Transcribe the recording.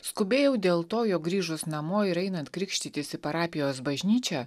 skubėjau dėl to jog grįžus namo ir einant krikštytis į parapijos bažnyčią